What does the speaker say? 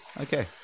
Okay